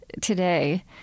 today